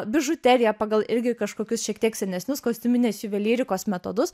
bižuteriją pagal irgi kažkokius šiek tiek senesnius kostiuminės juvelyrikos metodus